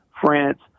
France